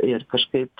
ir kažkaip